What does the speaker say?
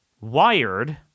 Wired